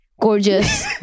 gorgeous